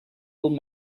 old